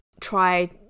try